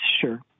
sure